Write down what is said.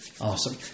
Awesome